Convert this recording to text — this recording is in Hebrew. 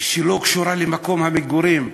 שלא קשורה למקום המגורים.